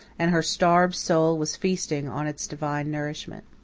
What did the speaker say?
and her starved soul was feasting on its divine nourishment.